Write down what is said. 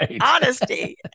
honesty